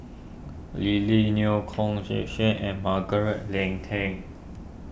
Lily Neo Kok and Margaret Leng Tan